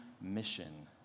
mission